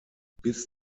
bis